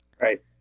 Right